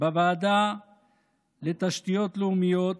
בוועדה לתשתיות לאומיות,